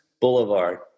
Boulevard